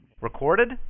Recorded